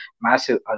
massive